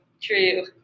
True